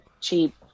cheap